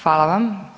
Hvala vam.